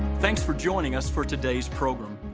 thanks for joining us for today's program.